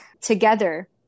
together